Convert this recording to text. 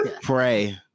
Pray